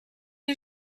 les